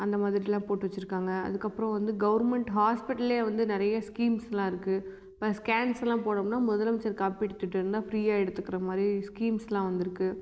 அந்தமாதிரிலாம் போட்டு வச்சுருக்காங்க அதற்கப்றோம் வந்து கவர்மெண்ட் ஹாஸ்பிட்டல்ல வந்து நிறைய ஸ்கீம்ஸ்லாம் இருக்கு இப்போ ஸ்கேன்ஸ்லாம் போடணும்ன்னா முதலமைச்சர் காப்பீட்டுத் திட்டம் இருந்தால் ஃப்ரீயாக எடுத்துக்குறமாதிரி ஸ்கீம்ஸ்லாம் வந்துருக்கு